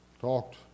talked